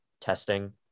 testing